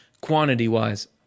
quantity-wise